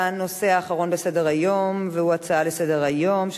והנושא האחרון בסדר-היום הוא הצעה לסדר-היום של